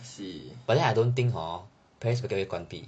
I see